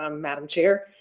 um madam chair.